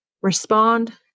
respond